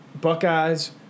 Buckeyes